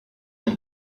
him